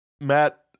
Matt